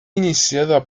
iniciada